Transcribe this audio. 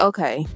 Okay